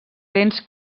dents